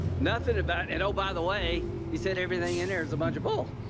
nothing about and oh, by the way, he said everything in there is a bunch of bull.